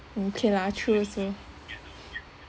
okay lah true also